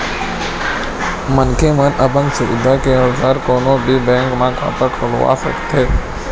मनखे मन अपन सुबिधा के अनुसार कोनो भी बेंक म खाता खोलवा सकत हे